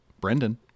Brendan